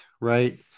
right